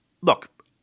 Look